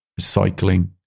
recycling